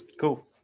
cool